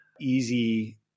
easy